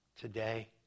today